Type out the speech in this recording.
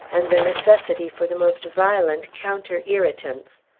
and the necessity for the most violent counter-irritants.